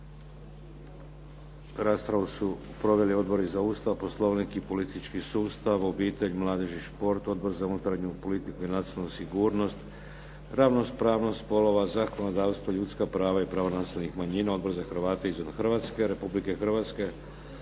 Raspravu su proveli Odbori za Ustav, Poslovnik i politički sustav, obitelj, mladež i šport, Odbor za unutarnju politiku i nacionalnu sigurnost, ravnopravnost spolova, zakonodavstvo, ljudska prava i prava nacionalnih manjina, Odbor za Hrvate izvan Republike Hrvatske,